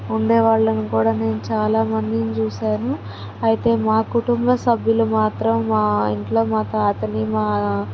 ఉండేవాళ్ళని కూడా నేను చాలామందిని చూసాను అయితే మా కుటుంబ సభ్యులు మాత్రం మా ఇంట్లో మా తాతని మా